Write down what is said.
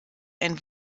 ein